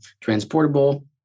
transportable